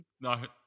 No